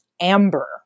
amber